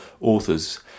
authors